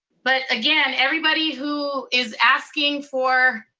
but again, everybody who is asking for.